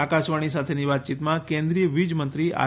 આકાશવાણી સાથેની વાતચીતમાં કેન્દ્રીય વીજ મંત્રી આર